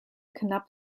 knapp